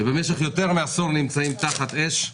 שבמשך יותר מעשור נמצאים תחת אש,